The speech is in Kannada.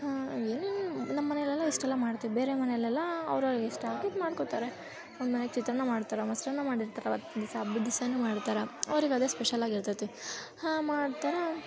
ಹಾಂ ಏನೇನೋ ನಮ್ಮ ಮನೇಲ್ಲೆಲ್ಲ ಇಷ್ಟೆಲ್ಲ ಮಾಡ್ತೀವಿ ಬೇರೆ ಮನೆಯಲ್ಲೆಲ್ಲ ಅವ್ರವ್ರ್ಗೆ ಇಷ್ಟ ಆಗಿದ್ದು ಮಾಡ್ಕೋತಾರೆ ಒಂದು ಮನೆಗೆ ಚಿತ್ರಾನ್ನ ಮಾಡ್ತಾರೆ ಮೊಸರನ್ನ ಮಾಡಿರ್ತಾರೆ ಅವತ್ತಿನ ದಿವ್ಸ ಹಬ್ಬದ್ ದಿವ್ಸಾನೂ ಮಾಡ್ತಾರೆ ಅವ್ರಿಗೆ ಅದೇ ಸ್ಪೆಷಲಾಗಿ ಇರ್ತೈತಿ ಹಾಂ ಮಾಡ್ತರೆ